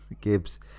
Gibbs